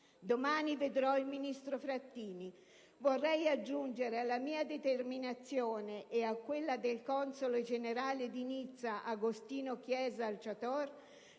Domani vedrò il ministro Frattini: vorrei aggiungere alla mia determinazione e a quella del console generale di Nizza Agostino Chiesa Alciator